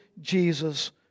Jesus